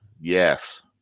yes